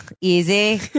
Easy